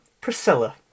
Priscilla